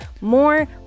more